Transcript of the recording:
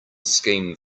scheme